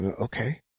okay